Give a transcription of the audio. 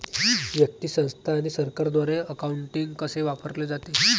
व्यक्ती, संस्था आणि सरकारद्वारे अकाउंटिंग कसे वापरले जाते